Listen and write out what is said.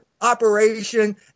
operation